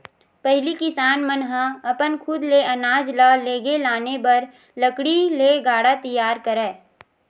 पहिली किसान मन ह अपन खुद ले अनाज ल लेगे लाने बर लकड़ी ले गाड़ा तियार करय